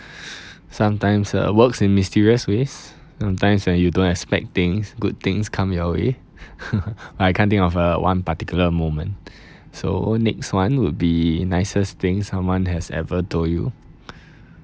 sometimes uh works in mysterious ways sometimes when you don't expect things good things come your way but I can't think of uh one particular moment so next one would be nicest thing someone has ever told you